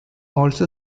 also